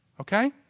okay